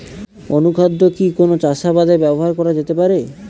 অনুখাদ্য কি যে কোন চাষাবাদে ব্যবহার করা যেতে পারে?